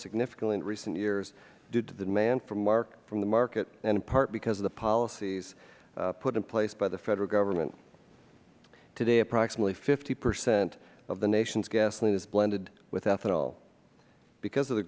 significantly in recent years due to the demand from the market in part because of the policies put in place by the federal government today approximately fifty percent of the nation's gasoline is blended with ethanol because of the